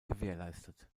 gewährleistet